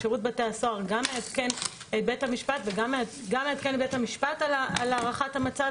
שירות בתי הסוהר גם מעדכן את בית המשפט על הערכת המצב